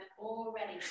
already